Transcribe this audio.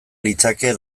litzake